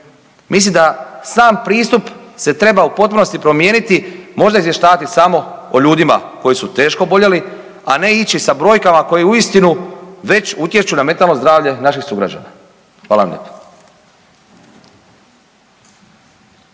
Mislim da sam pristup se treba u potpunosti promijeniti možda izvještavati samo o ljudima koji su teško oboljeli, a ne ići sa brojkama koji uistinu već utječu na mentalno zdravlje naših sugrađana. Hvala vam lijepo.